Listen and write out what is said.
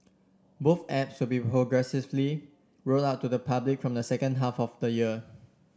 both apps will be progressively rolled out to the public from the second half of the year